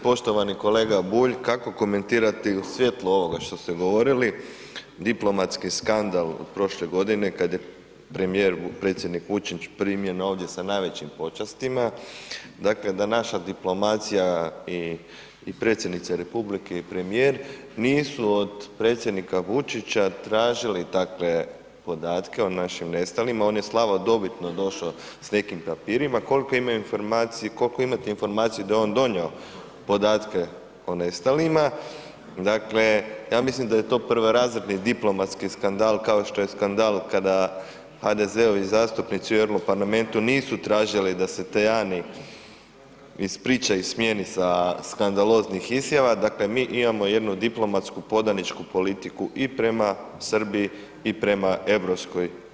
Poštovani kolega Bulj, kako komentirate i u svijetlu ovoga što ste govorili, diplomatski skandal od prošle godine kad je premijer, predsjednik Vučić primljen ovdje sa najvećim počastima, dakle, da naša diplomacija i predsjednica RH i premijer nisu od predsjednika Vučića tražili, dakle, podatke o našim nestalima, on je slavodobitno došao s nekim papirima, koliko imate informaciju da je on donio podatke o nestalima, dakle, ja mislim da je to prvorazredni diplomatski skandal, kao što je skandal kada HDZ-ovi zastupnici u Europarlamentu nisu tražili da se Tajani ispriča i smijeni sa skandaloznih izjava, dakle, mi imamo jednu diplomatsku podaničku politiku i prema Srbiji i prema EU.